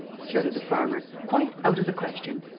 shouted the farmer. quite out of the question!